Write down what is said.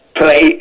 play